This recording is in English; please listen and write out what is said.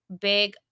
Big